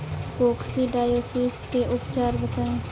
Coccidiosis के उपचार बताई?